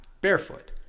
barefoot